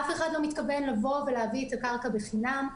אף אחד לא מתכוון לבוא ולהביא את הקרקע בחינם.